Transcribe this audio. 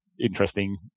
interesting